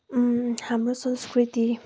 हाम्रो संस्कृति